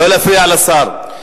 לא להפריע לשר.